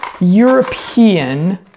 European